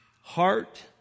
Heart